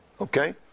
Okay